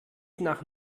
nach